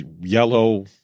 yellow